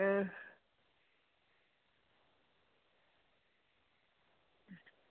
अं